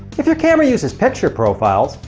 if your camera uses picture profiles,